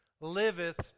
liveth